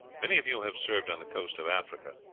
many of you have served on the coast of africa,